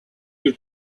your